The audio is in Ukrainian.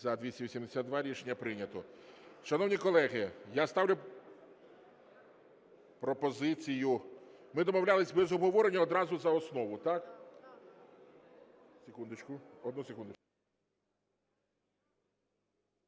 За-282 Рішення прийнято. Шановні колеги, я ставлю пропозицію… Ми домовлялись без обговорення, одразу за основу, так? Секундочку. Одну секундочку.